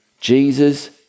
Jesus